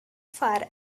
far